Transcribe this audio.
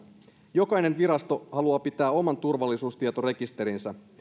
jokainen virasto haluaa pitää oman turvallisuustietorekisterinsä